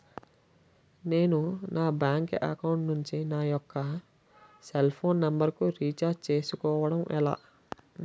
నేను నా bank account నుంచి నా యెక్క సెల్ ఫోన్ నంబర్ కు రీఛార్జ్ చేసుకోవడం ఎలా?